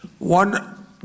One